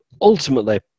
ultimately